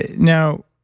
and now,